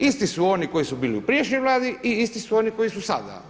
Isti su oni koji su bili u prijašnjoj Vladi i isti su oni koji su sada.